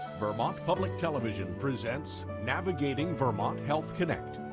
vermont public television presents, navigating vermont health connect,